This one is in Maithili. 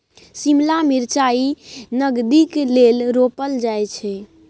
शिमला मिरचाई नगदीक लेल रोपल जाई छै